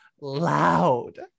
loud